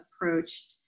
approached